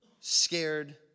scared